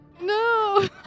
No